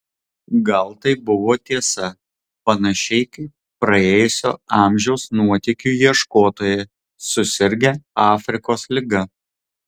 gal tai buvo tiesa panašiai kaip praėjusio amžiaus nuotykių ieškotojai susirgę afrikos liga